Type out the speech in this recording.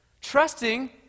trusting